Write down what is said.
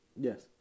Yes